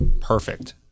Perfect